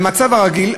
במצב הרגיל,